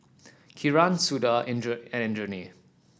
Kiran Suda and Indranee